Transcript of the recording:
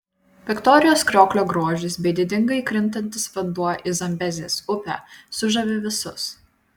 viktorijos krioklio grožis bei didingai krintantis vanduo į zambezės upę sužavi visus